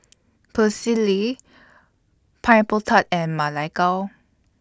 Pecel Lele Pineapple Tart and Ma Lai Gao